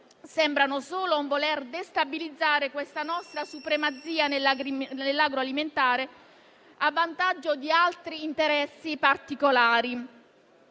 sembrano solo voler destabilizzare questa nostra supremazia nell'agroalimentare, a vantaggio di altri interessi particolari.